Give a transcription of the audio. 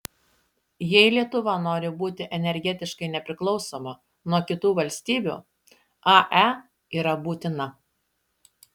jei lietuva nori būti energetiškai nepriklausoma nuo kitų valstybių ae yra būtina